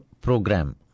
program